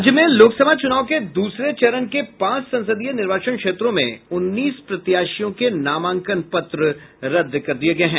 राज्य में लोकसभा चुनाव के दूसरे चरण के पांच संसदीय निर्वाचन क्षेत्रों में उन्नीस प्रत्याशियों के नामांकन पत्र रद्द कर दिये गये हैं